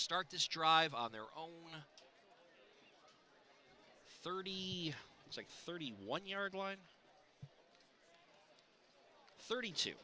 start this drive on their own thirty six thirty one yard line thirty two